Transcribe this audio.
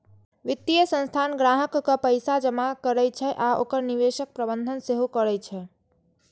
वित्तीय संस्थान ग्राहकक पैसा जमा करै छै आ ओकर निवेशक प्रबंधन सेहो करै छै